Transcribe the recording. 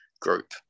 group